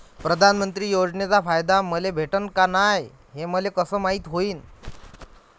प्रधानमंत्री योजनेचा फायदा मले भेटनं का नाय, हे मले कस मायती होईन?